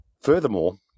Furthermore